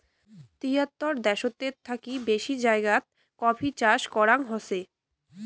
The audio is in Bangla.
তিয়াত্তর দ্যাশেতের থাকি বেশি জাগাতে কফি চাষ করাঙ হসে